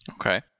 Okay